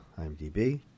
IMDb